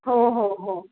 हो हो हो